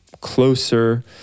closer